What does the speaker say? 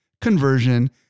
conversion